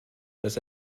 dass